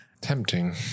Tempting